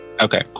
okay